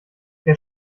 der